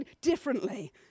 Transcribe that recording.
differently